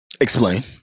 Explain